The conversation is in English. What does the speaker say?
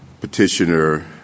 petitioner